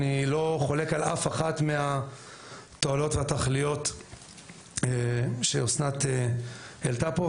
אני לא חולק על אף אחת מהתועלות והתכליות שאסנת העלתה פה,